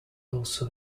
also